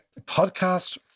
Podcast